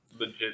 legit